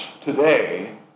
today